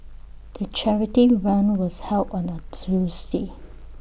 the charity run was held on A Tuesday